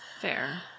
Fair